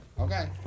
Okay